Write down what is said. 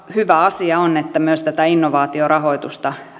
hyvä asia on että myös tätä innovaatiorahoitusta